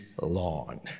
lawn